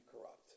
corrupt